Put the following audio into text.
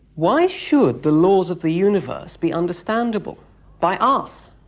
why should the laws of the universe be understandable by us?